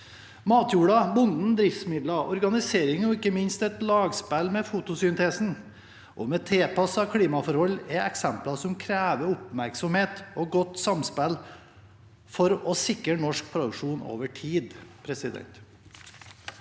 Matjorda, bonden, driftsmidler, organisering og ikke minst et lagspill med fotosyntesen og med tilpassede klimaforhold er eksempler som krever oppmerksomhet og godt samspill for å sikre norsk matproduksjon over tid.